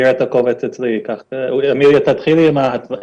לפי פילוח של אזורים,